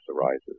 arises